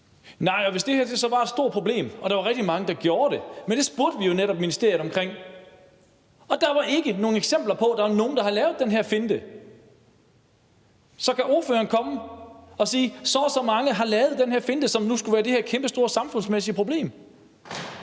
at det her var et stort problem, og at der var rigtig mange, der gjorde det. Men det spurgte vi jo netop ministeriet om, og der var ikke nogen eksempler på, at der var nogen, der havde lavet den her finte. Så kan ordføreren komme og sige, at så og så mange har lavet den her finte, som nu skulle være det her kæmpestore samfundsmæssige problem,